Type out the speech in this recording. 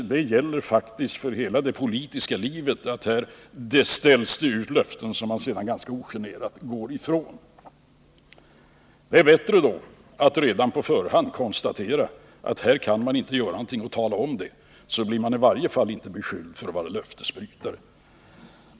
Det gäller faktiskt för hela det politiska livet att inte ställa ut löften som man sedan ganska ogenerat går ifrån. Det är bättre att redan på förhand konstatera att här kan man inte göra någonting och tala om det, så blir man i varje fall inte beskylld för att vara löftesbrytare.